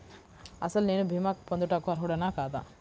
అసలు నేను భీమా పొందుటకు అర్హుడన కాదా?